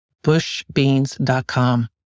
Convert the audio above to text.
bushbeans.com